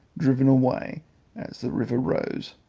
driven away as the river rose,